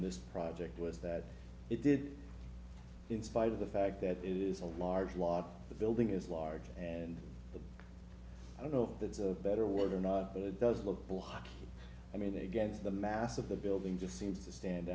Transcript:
this project was that it did in spite of the fact that it is a large lot the building is larger and i don't know that it's a better word or not but it does look a lot i mean against the mass of the building just seems to stand